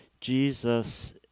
Jesus